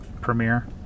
Premiere